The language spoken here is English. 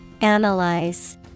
Analyze